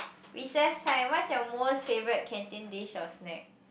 recess time what's your most favorite canteen dish or snack